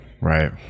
Right